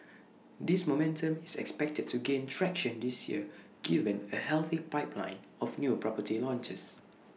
this momentum is expected to gain traction this year given A healthy pipeline of new property launches